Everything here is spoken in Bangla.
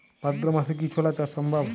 ভাদ্র মাসে কি ছোলা চাষ সম্ভব?